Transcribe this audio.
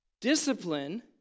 Discipline